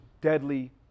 deadly